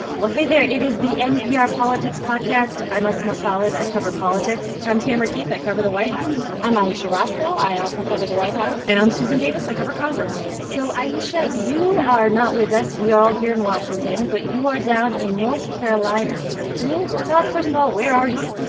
well, hey there. it is the npr politics podcast. i'm asma khalid. i cover politics i'm tamara keith. i cover the white house i'm ayesha rascoe. i also cover the white house and i'm susan davis. i cover congress so ayesha, you are not with us. we are all here in washington, but you are down in north carolina. so can you tell us, first of all, where are you?